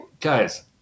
Guys